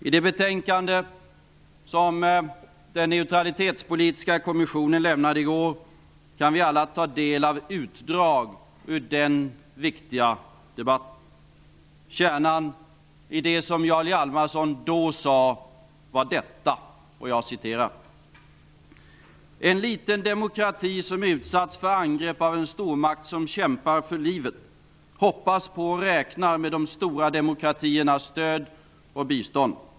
I det betänkande som den neutralitetspolitiska kommissionen lämnade i går kan vi alla ta del av utdrag ur den här viktiga debatten. Kärnan i det som Jarl Hjalmarson då sade var detta: ''En liten demokrati, som utsatts för angrepp av en stormakt, som kämpar för livet hoppas på och räknar med de stora demokratiernas stöd och bistånd.